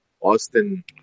Austin –